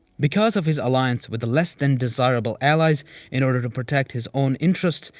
because of his alliance with the less-than-desirable allies in order to protect his own interests,